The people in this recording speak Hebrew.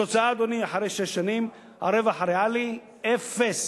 התוצאה, אדוני, אחרי שש שנים שהרווח הריאלי אפס.